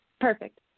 Perfect